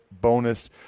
bonus